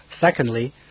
Secondly